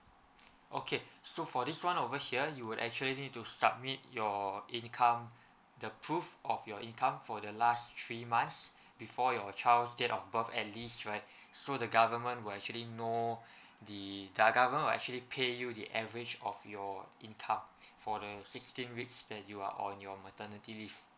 okay so for this one over here you would actually need to submit your income the proof of your income for the last three months before your child's date of birth at least right so the government will actually know the the government will actually pay you the average of your income for the sixteen weeks that you are on your maternity leave